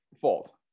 fault